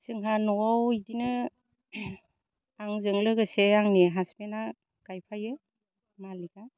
जोंहा न'आव इदिनो आंजों लोगोसे आंनि हासबेना गायफायो मालिकआ